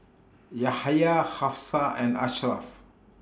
Yahaya Hafsa and Ashraff